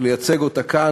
לייצג אותה כאן.